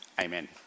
amen